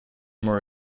more